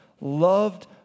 loved